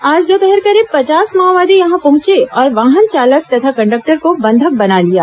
आज दोपहर करीब पचास माओवादी यहां पहुंचे और वाहन चालक तथा कंडक्टर को बंधक बना लिया